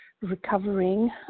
recovering